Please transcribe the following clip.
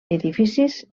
edificis